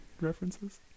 references